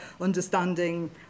understanding